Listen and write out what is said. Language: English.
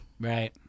Right